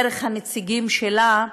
דרך הנציגים שלה,